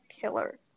Killer